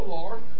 Lord